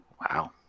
Wow